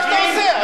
מה שאתה עושה,